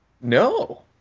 No